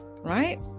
right